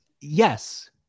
Yes